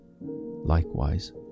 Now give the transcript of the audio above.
Likewise